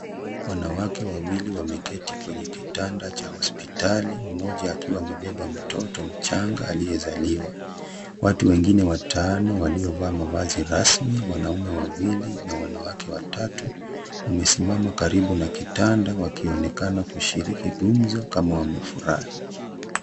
Wanawake wawili wameketi kwenye kitanda cha hospitali, mmoja akiwa amebeba mtoto mchanga aliyezaliwa. Watu wengine watano waliovaa mavazi rasmi, wanaume wawili na wanawake watatu wamesimama karibu na kitanda wakionekana kushiriki gumzo kama wamefurahi.